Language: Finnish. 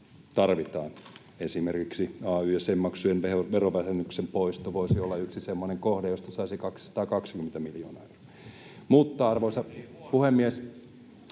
tarvitaan. Esimerkiksi ay-jäsenmaksujen verovähennyksen poisto voisi olla yksi semmoinen kohde, josta saisi 220 miljoonaa euroa. [Oikealta: